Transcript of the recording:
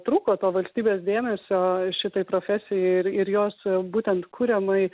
trūko to valstybės dėmesio šitai profesijai ir ir jos būtent kuriamai